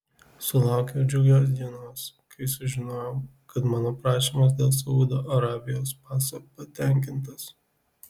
sulaukiau džiugios dienos kai sužinojau kad mano prašymas dėl saudo arabijos paso patenkintas